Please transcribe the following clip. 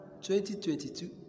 2022